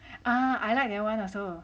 ah I like that one also